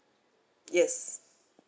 yes